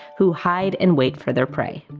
who hide and wait for their prey.